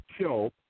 show